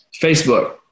Facebook